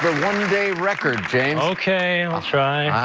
one-day record, james ok. i'll try